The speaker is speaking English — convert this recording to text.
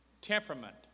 temperament